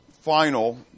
final